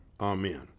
amen